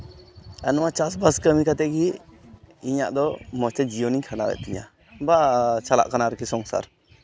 ᱟᱨ ᱱᱚᱣᱟ ᱪᱟᱥᱼᱵᱟᱥ ᱠᱟᱹᱢᱤ ᱠᱟᱛᱮ ᱜᱮ ᱤᱧᱟᱹᱜ ᱫᱚ ᱢᱚᱡᱽ ᱛᱮ ᱡᱤᱭᱚᱱ ᱤᱧ ᱠᱷᱟᱱᱰᱟᱣᱮᱜ ᱛᱤᱧᱟᱹ ᱵᱟ ᱪᱟᱞᱟᱜ ᱠᱟᱱᱟ ᱟᱨᱠᱤ ᱥᱚᱝᱥᱟᱨ